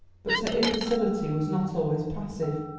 but her imbecility was not always passive.